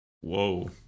Whoa